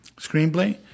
screenplay